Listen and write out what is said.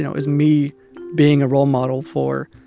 you know is me being a role model for